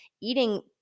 eating